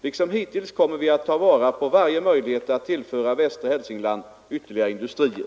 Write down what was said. Liksom hittills kommer vi att ta vara på varje möjlighet att tillföra västra Hälsingland ytterligare industrier.